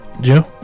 Joe